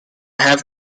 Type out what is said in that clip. have